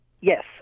Yes